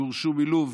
הם גורשו מלוב,